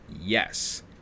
Yes